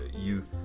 youth